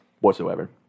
whatsoever